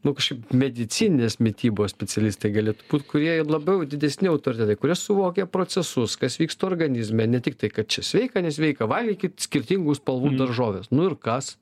nu kažkaip medicininės mitybos specialistai galėtų būt kurie labiau didesni autoritetai kurie suvokia procesus kas vyksta organizme ne tiktai kad čia sveika nesveika valgykit skirtingų spalvų daržoves nu ir kas